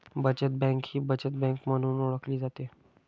बचत बँक ही बचत बँक म्हणून ओळखली जाते